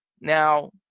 Now